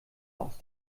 aus